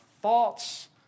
thoughts